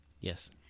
Yes